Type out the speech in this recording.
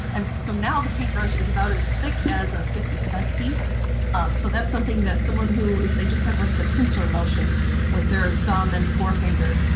and so now the paintbrush is about as thick as a fifty cent piece so that's something that someone who, if they just have like the pincer motion with their thumb and forefinger,